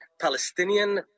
Palestinian